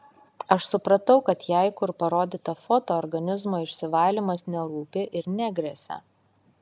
aš supratau kad jai kur parodyta foto organizmo išsivalymas nerūpi ir negresia